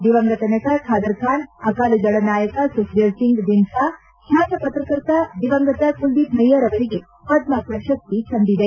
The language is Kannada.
ದಿವಂಗತ ನಟ ಬಾದರ್ಬಾನ್ ಅಕಾಲಿದಳ ನಾಯಕ ಸುಖ್ದೇವ್ಸಿಂಗ್ ದಿಂಡ್ನಾ ಬ್ಲಾತ ಪತ್ರಕರ್ತ ದಿವಂಗತ ಕುಲದೀಪ್ ನಯ್ಟರ್ ಅವರಿಗೆ ಪದ್ಮ ಪ್ರಶಸ್ತಿ ಸಂದಿದೆ